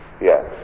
Yes